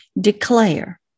declare